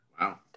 wow